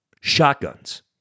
shotguns